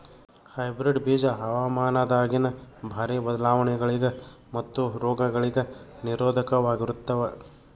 hybrid ಬೀಜ ಹವಾಮಾನದಾಗಿನ ಭಾರಿ ಬದಲಾವಣೆಗಳಿಗ ಮತ್ತು ರೋಗಗಳಿಗ ನಿರೋಧಕವಾಗಿರುತ್ತವ